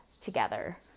together